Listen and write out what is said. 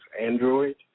Android